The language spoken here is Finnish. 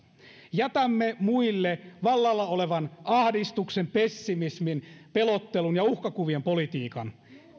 jätämme muille vallalla olevan ahdistuksen pessimismin pelottelun ja uhkakuvien politiikan